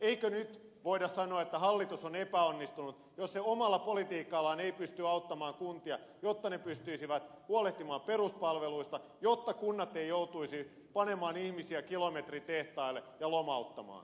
eikö nyt voida sanoa että hallitus on epäonnistunut jos se ei omalla politiikallaan pysty auttamaan kuntia jotta ne pystyisivät huolehtimaan peruspalveluista ja jotta ne eivät joutuisi panemaan ihmisiä kilometritehtaille ja lomauttamaan